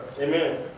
Amen